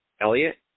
Elliot